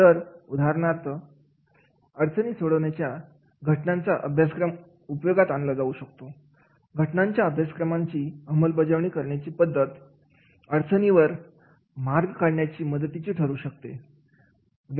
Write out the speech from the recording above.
तर उदाहरणार्थ अडचणी सोडवण्यासाठी घटनांच्या अभ्यासक्रमांचा उपयोग केला जाऊ शकतो घटनांच्या अभ्यासक्रमाची अंमलबजावणी करण्याची पद्धत अडचणीवर ती मार्ग काढण्यासाठी मदतीची ठरू शकते